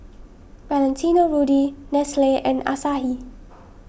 Valentino Rudy Nestle and Asahi